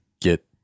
get